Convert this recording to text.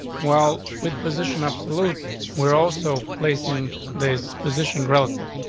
well with position absolute were also placing this position relative.